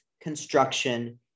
construction